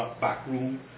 backroom